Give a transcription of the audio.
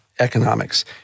Economics